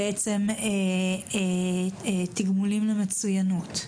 דיברו על תגמולים למצוינות,